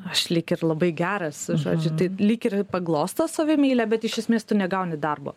aš lyg ir labai geras žodžiu tai lyg ir paglosto savimeilę bet iš esmės tu negauni darbo